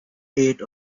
ate